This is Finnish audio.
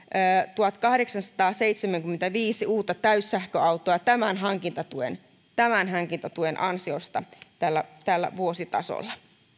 tuhatkahdeksansataaseitsemänkymmentäviisi uutta täyssähköautoa tämän hankintatuen tämän hankintatuen ansiosta tällä tällä vuositasolla